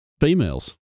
females